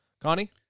Connie